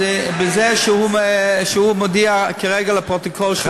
אז בזה שהוא מודיע כרגע לפרוטוקול שהוא מוכן,